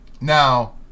Now